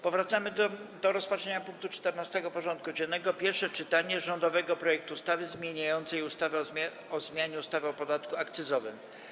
Powracamy do rozpatrzenia punktu 14. porządku dziennego: Pierwsze czytanie rządowego projektu ustawy zmieniającej ustawę o zmianie ustawy o podatku akcyzowym.